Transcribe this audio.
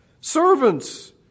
servants